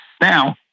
Now